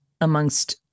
amongst